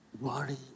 Worry